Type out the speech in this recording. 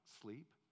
sleep